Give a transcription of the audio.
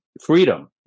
freedom